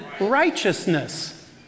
righteousness